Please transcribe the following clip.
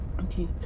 Okay